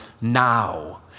now